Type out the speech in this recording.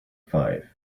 five